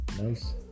Nice